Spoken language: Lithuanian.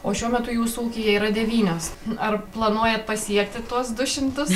o šiuo metu jūsų ūkyje yra devynios ar planuojat pasiekti tuos du šimtus